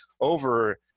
over